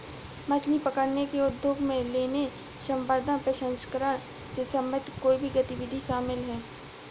मछली पकड़ने के उद्योग में लेने, संवर्धन, प्रसंस्करण से संबंधित कोई भी गतिविधि शामिल है